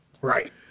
right